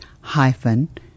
hyphen